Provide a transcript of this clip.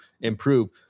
improve